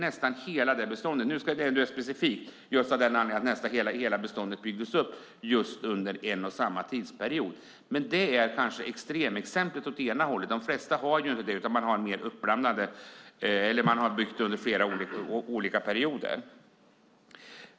Just det är dock lite speciellt eftersom nästan hela beståndet byggdes under en och samma tidsperiod. Det är kanske extremexemplet; de flesta bestånden har byggts under flera olika perioder.